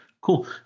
Cool